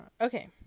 Okay